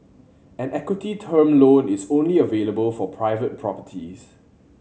an equity term loan is only available for private properties